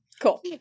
Cool